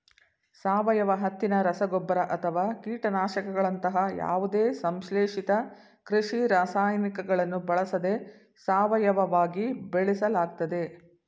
ಸಾವಯವ ಹತ್ತಿನ ರಸಗೊಬ್ಬರ ಅಥವಾ ಕೀಟನಾಶಕಗಳಂತಹ ಯಾವುದೇ ಸಂಶ್ಲೇಷಿತ ಕೃಷಿ ರಾಸಾಯನಿಕಗಳನ್ನು ಬಳಸದೆ ಸಾವಯವವಾಗಿ ಬೆಳೆಸಲಾಗ್ತದೆ